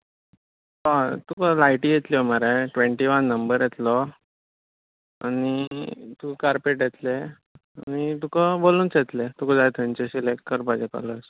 हय तुका लायटी येतल्यो मरे ट्वेंटी वान नंबर येतलो आनी तुका कार्पेट येतलें आनी तुका बलून्स येतले तुका जाय तसले सिलेक्ट करपाचे कलर्स